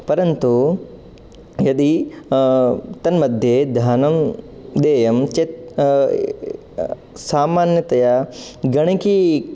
परन्तु यदि तन्मध्ये ध्यानं देयं चेत् सामान्यतया गणकी